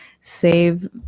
save